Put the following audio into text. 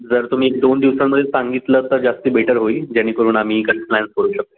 जर तुम्ही एक दोन दिवसांमध्ये सांगितलं तर जास्त बेटर होईल जेणेकरून आम्ही कन्फ्लायन्स करू शकू